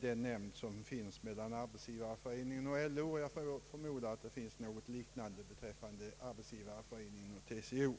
den nämnd som finns med representanter för Arbetsgivareföreningen och LO, och jag tror att det finns någonting liknande vad beträffar Arbetsgivareföreningen och TCO.